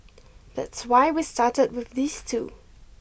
that's why we started with these two